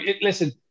Listen